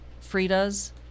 Frida's